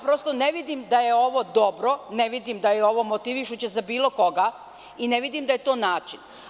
Prosto ne vidim da je ovo dobro, ne vidim da je ovo motivišuće za bilo koga i ne vidim da je to način.